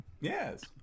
Yes